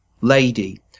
lady